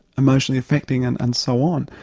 emotionally affecting and and so on.